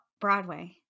Broadway